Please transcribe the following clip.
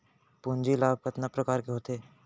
पूंजी लाभ कतना प्रकार के होथे?